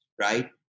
right